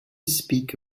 speak